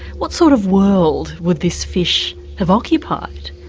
what sort of world would this fish have occupied?